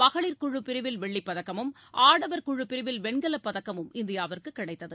மகளிர் குழு பிரிவில் வெள்ளிப்பதக்கமும் ஆடவர் குழு பிரிவில் வெண்கலப் பதக்கமும் இந்தியாவுக்கு கிடைத்தது